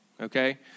okay